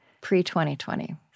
pre-2020